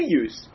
use